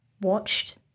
watched